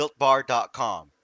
BuiltBar.com